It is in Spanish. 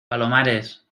palomares